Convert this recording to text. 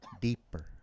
deeper